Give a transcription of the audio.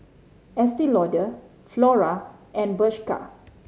Estee Lauder Flora and Bershka